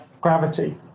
gravity